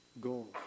goal